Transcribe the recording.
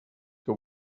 que